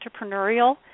entrepreneurial